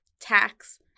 tax